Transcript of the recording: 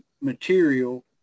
material